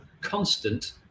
constant